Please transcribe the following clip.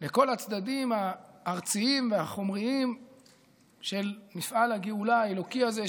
לכל הצדדים הארציים והחומריים של מפעל הגאולה האלוקי הזה,